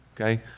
okay